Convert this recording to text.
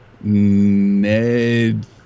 Ned